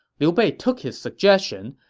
liu bei took his suggestion,